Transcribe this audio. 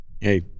Hey